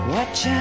Watch